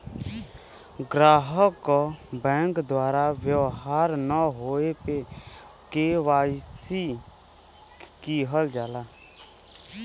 ग्राहक क बैंक द्वारा व्यवहार न होये पे के.वाई.सी किहल जाला